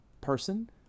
person